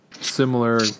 similar